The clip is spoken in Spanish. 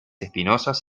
espinosas